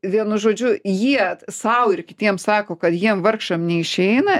vienu žodžiu jie sau ir kitiem sako kad jiem vargšam neišeina